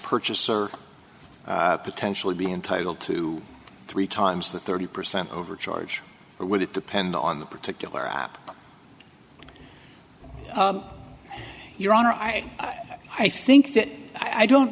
purchaser potentially be entitled to three times the thirty percent over charge or would it depend on the particular app your honor i i think that i don't